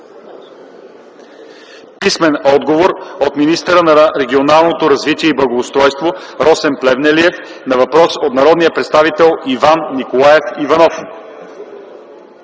Писмен отговор от министъра на регионалното развитие и благоустройството Росен Плевнелиев на въпрос от народния представител Иван Николаев Иванов.